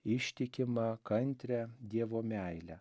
ištikimą kantrią dievo meilę